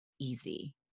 easy